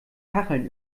kacheln